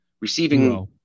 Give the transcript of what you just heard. receiving